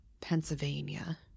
Pennsylvania